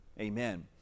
Amen